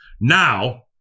now